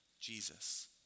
Jesus